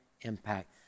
impact